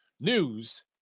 news